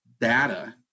data